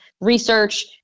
research